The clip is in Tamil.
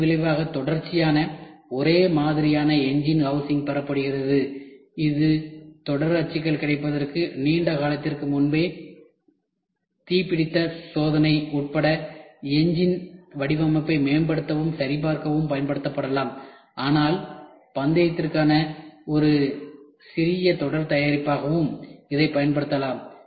இதன் விளைவாக தொடர்ச்சியான ஒரே மாதிரியான எஞ்சின் ஹவுசிங் பெறப்படுகிறது இது தொடர் அச்சுகள் கிடைப்பதற்கு நீண்ட காலத்திற்கு முன்பே தீப்பிடித்த சோதனை உட்பட எஞ்சின் வடிவமைப்பை மேம்படுத்தவும் சரிபார்க்கவும் பயன்படுத்தப்படலாம் ஆனால் பந்தயத்திற்கான ஒரு சிறிய தொடர் தயாரிப்பாகவும் இதைப் பயன்படுத்தலாம்